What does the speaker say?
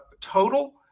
total